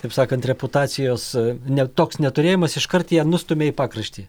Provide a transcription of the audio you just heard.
kaip sakant reputacijos ne toks neturėjimas iškart ją nustumia į pakraštį